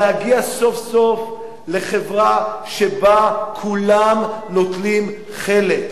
להגיע סוף-סוף לחברה שבה כולם נוטלים חלק,